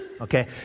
okay